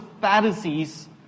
Pharisees